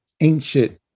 Ancient